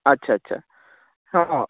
আচ্ছা আচ্ছা